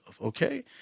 okay